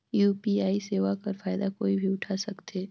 UPI सेवा कर फायदा कोई भी उठा सकथे?